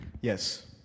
Yes